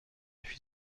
suis